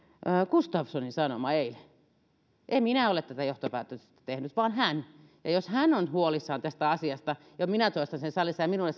gustafssonin eilen sanoma en minä ole tätä johtopäätöstä tehnyt vaan hän ja jos hän on huolissaan tästä asiasta ja minä toistan sen salissa ja minulle